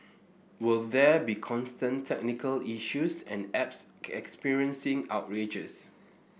was there be constant technical issues and apps experiencing outrages